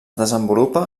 desenvolupa